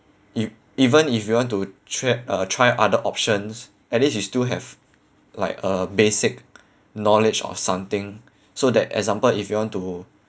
ev~ even if you want to try uh try other options at least you still have like a basic knowledge of something so that example if you want to